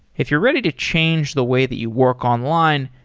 if you're ready to change the way that you work online,